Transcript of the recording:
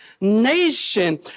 nation